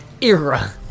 Era